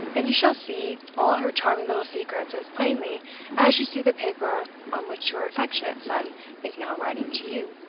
and you shall see all her charming little secrets as plainly as you see the paper on which your affectionate son is now writing to you.